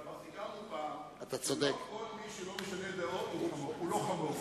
אבל כבר סיכמנו פעם שלא כל מי שלא משנה דעות הוא לא חמור.